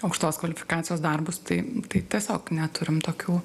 aukštos kvalifikacijos darbus tai tai tiesiog neturim tokių